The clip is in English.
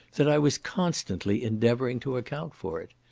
that i was constantly endeavouring to account for it.